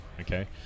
Okay